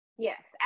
Yes